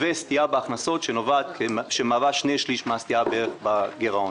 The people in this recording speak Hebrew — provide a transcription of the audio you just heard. וסטייה בהכנסות שמהווה שני שליש מהסטייה בגרעון.